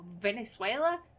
Venezuela